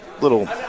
little